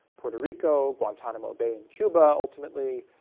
puerto rico, guantanamo bay in cuba ultimately,